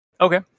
Okay